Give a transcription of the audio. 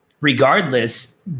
regardless